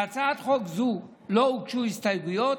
להצעת חוק זו לא הוגשו הסתייגויות,